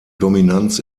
dominanz